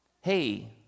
Hey